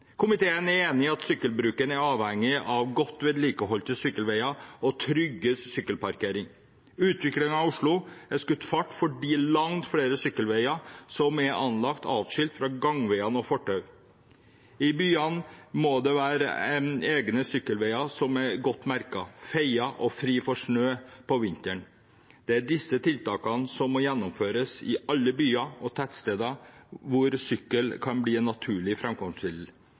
Komiteen er enige om at sykkelbruken er avhengig av godt vedlikeholdte sykkelveier og trygg sykkelparkering. Utviklingen i Oslo har skutt fart fordi langt flere sykkelveier er anlagt atskilt fra gangveier og fortau. I byene må det være egne sykkelveier som er godt merket, feiet og fri for snø på vinteren. Det er disse tiltakene som må gjennomføres i alle byer og tettsteder hvor sykkel kan bli et naturlig